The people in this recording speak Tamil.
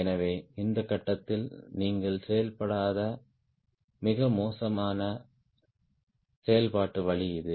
எனவே இந்த கட்டத்தில் நீங்கள் செயல்படாத மிக மோசமான செயல்பாட்டு வழி இது